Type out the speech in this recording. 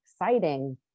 exciting